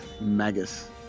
Magus